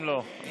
גם לא עובד.